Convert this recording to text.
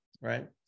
right